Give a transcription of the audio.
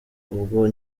ubwo